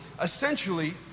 essentially